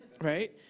Right